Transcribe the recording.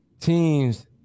teams